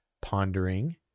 pondering